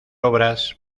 obras